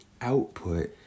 output